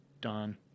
Don